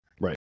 right